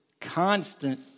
constant